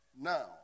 Now